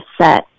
set